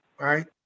right